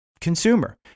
consumer